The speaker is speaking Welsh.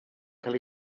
cael